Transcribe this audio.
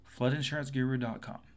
floodinsuranceguru.com